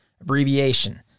abbreviation